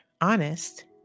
honest